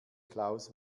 klaus